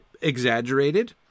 Exaggerated